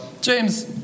James